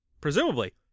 presumably